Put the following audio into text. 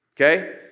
Okay